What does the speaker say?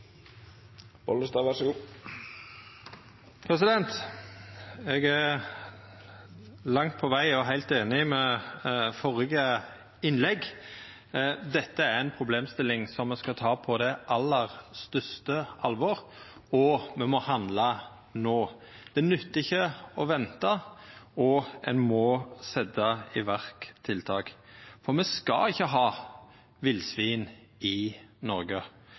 Eg er heilt einig i det siste innlegget. Dette er ei problemstilling som me skal ta på aller største alvor, og me må handla no. Det nyttar ikkje å venta, det må setjast i verk tiltak, for me skal ikkje ha villsvin i Noreg.